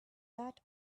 that